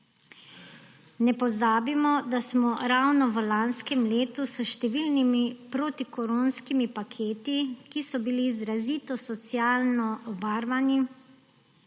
Ne pozabimo, da smo ravno v lanskem letu s številnimi protikoronskimi paketi, ki so bili izrazito socialno obarvani,